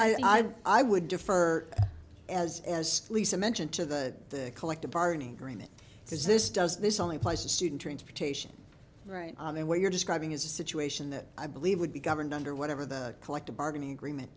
i would defer as as lisa mentioned to that collective bargaining agreement is this does this only place a student transportation right there what you're describing is a situation that i believe would be governed under whatever the collective bargaining agreement